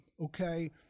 okay